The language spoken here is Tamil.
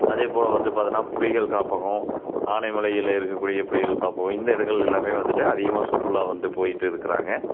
அதேபோல வந்து பார்த்தனா புலிகள் காப்பகம் ஆனைமலையில இருக்க கூடிய புலிகள் காப்பகம் இந்த இடங்கள்ல எல்லாமே வந்துவிட்டு அதிகமாக சுற்றுலா வந்து போயிவிட்டு இருக்குறாங்க